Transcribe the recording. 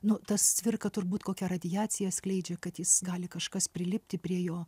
nu tas cvirka turbūt kokia radiaciją skleidžia kad jis gali kažkas prilipti prie jo